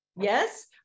Yes